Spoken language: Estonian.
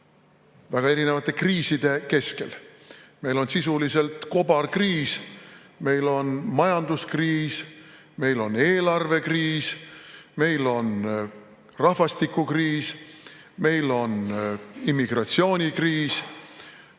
väga erinevate kriiside keskel. Meil on sisuliselt kobarkriis: meil on majanduskriis, meil on eelarvekriis, meil on rahvastikukriis, meil on immigratsioonikriis.